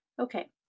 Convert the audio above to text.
Okay